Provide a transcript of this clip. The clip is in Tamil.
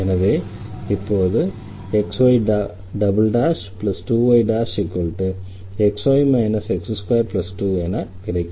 எனவே இப்போது xy2yxy x22 என கிடைக்கிறது